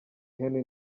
henry